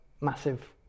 massive